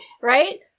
right